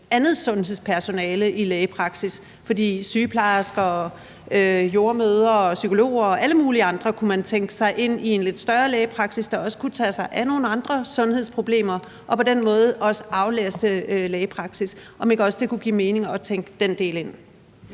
andet sundhedspersonale i lægepraksis. For sygeplejersker, jordemødre, psykologer og alle mulige andre kunne man tænke sig ind i en lidt større lægepraksis, der også kunne tage sig af nogle andre sundhedsproblemer og på den måde også aflaste lægepraksissen. Kunne det ikke også give mening at tænke den del ind?